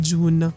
June